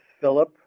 Philip